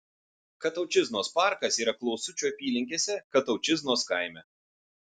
kataučiznos parkas yra klausučių apylinkėse kataučiznos kaime